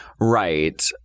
Right